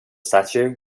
statue